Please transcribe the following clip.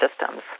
systems